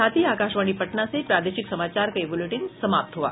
इसके साथ ही आकाशवाणी पटना से प्रसारित प्रादेशिक समाचार का ये अंक समाप्त हुआ